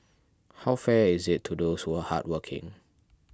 how fair is it to those who are hardworking